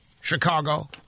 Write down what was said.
Chicago